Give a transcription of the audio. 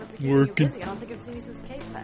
Working